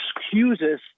excuses